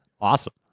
Awesome